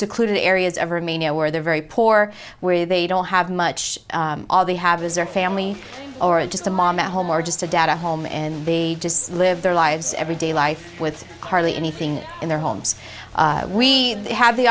secluded areas of her mania where they're very poor where they don't have much all they have is their family or just a mom at home or just a data home and they just live their lives every day life with hardly anything in their homes we have the